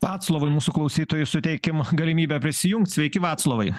vaclovui mūsų klausytojui suteikim galimybę prisijungt sveiki vaclovai